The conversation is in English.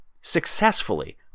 successfully